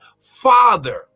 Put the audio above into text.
Father